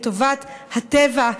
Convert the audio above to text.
לטובת הטבע,